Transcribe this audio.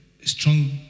strong